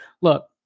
look